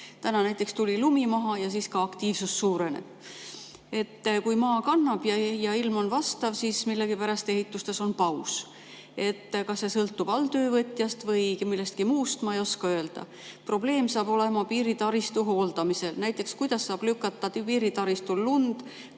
Täna näiteks tuli lumi maha ja siis ka aktiivsus suureneb. Kui maa kannab ja ilm on vastav, siis millegipärast ehituses on paus. Kas see sõltub alltöövõtjast või millestki muust, ma ei oska öelda. Probleem saab olema piiritaristu hooldamisel. Näiteks kuidas saab lükata piiritaristul lund: